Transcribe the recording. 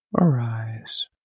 arise